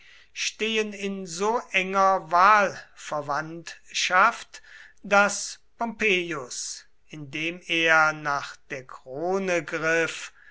stehen in so enger wahlverwandtschaft daß pompeius indem er nach der krone griff